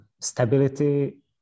stability